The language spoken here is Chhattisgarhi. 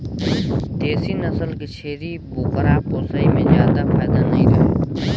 देसी नसल के छेरी बोकरा पोसई में जादा फायदा नइ रहें